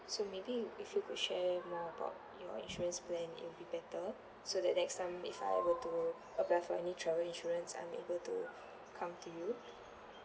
so may be if you could share more about your insurance plan it'll better so that next time if I were to apply for any travel insurance I'm able to come to you